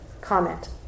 comment